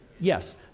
Yes